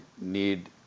need –